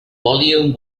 volume